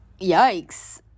Yikes